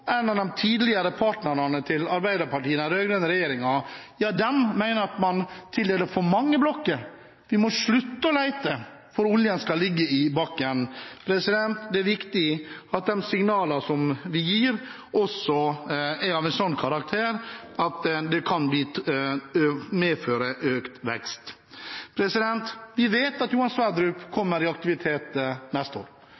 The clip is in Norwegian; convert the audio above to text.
en av de tidligere partnerne til Arbeiderpartiet i den rød-grønne regjeringen mener at man tildeler for mange blokker, vi må slutte å lete, for oljen skal ligge i bakken. Det er viktig at de signalene som vi gir, også er av en sånn karakter at de kan medføre økt vekst. Vi vet at Johan